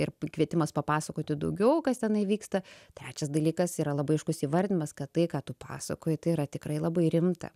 ir kvietimas papasakoti daugiau kas tenai vyksta trečias dalykas yra labai aiškus įvardinimas kad tai ką tu pasakoji tai yra tikrai labai rimta